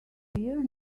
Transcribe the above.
peer